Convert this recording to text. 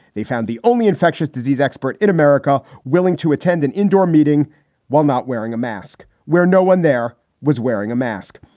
they found the only infectious disease expert in america willing to attend an indoor meeting while not wearing a mask where no one there was wearing a mask,